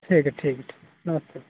ठीक है ठीक है ठीक नमस्ते